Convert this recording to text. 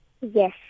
Yes